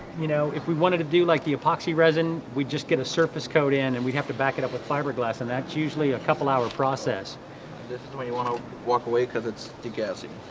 you know if we wanted to do like the epoxy resin, we just get a surface coat in and we have to back it up with fiberglass and that's usually a couple hour process. javier this is where you want to walk away because it's too gassy.